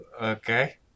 okay